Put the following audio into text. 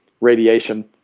radiation